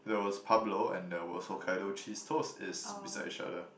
there was Pablo and there was Hokkaido cheese toast is beside each other